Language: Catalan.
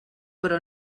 però